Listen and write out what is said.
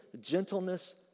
gentleness